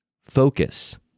focus